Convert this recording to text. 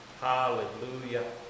Hallelujah